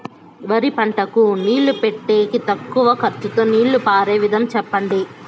వరి పంటకు నీళ్లు పెట్టేకి తక్కువ ఖర్చుతో నీళ్లు పారే విధం చెప్పండి?